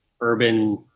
urban